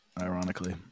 ironically